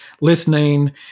listening